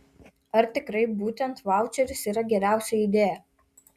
ar tikrai būtent vaučeris yra geriausia idėja